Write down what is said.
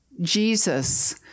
Jesus